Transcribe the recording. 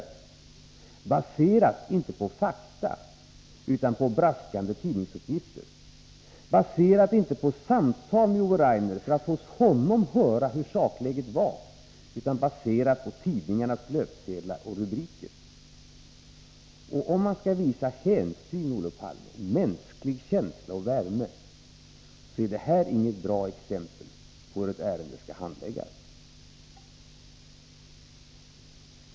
Det var baserat inte på fakta utan på braskande tidningsuppgifter, baserat inte på samtal med Ove Rainer för att hos honom höra hur sakläget var, utan baserat på tidningarnas löpsedlar och rubriker. Om man skall visa hänsyn, Olof Palme, och mänsklig känsla och värme, så är det här inget bra exempel på hur ett ärende skall handläggas.